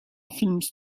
films